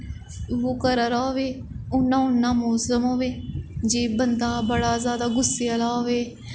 ओह् करा दा होए उ'आं उ'आं मोसम होए जे बंदा बड़ा जादा गुस्से आह्ला होए